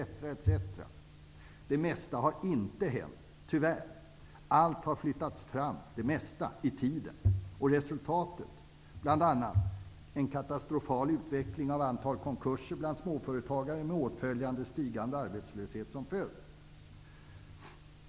Det mesta har inte hänt -- tyvärr har det mesta flyttats fram i tiden. Och resultatet är bl.a. en katastrofal utveckling av antalet konkurser bland småföretagare, med åtföljande stigande arbetslöshet.